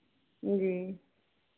जी